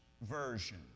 version